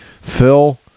Phil